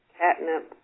catnip